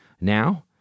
Now